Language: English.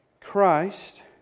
Christ